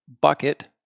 bucket